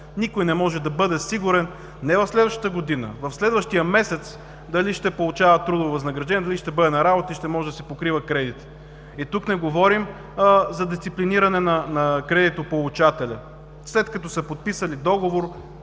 никой не може да бъде сигурен не в следващата година, в следващия месец дали ще получава трудово възнаграждение, дали ще бъде на работа и ще може да си покрива кредита. Тук не говорим за дисциплиниране на кредитополучателя. След като са подписали договор,